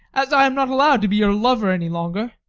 as i am not allowed to be your lover any longer.